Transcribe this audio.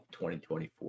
2024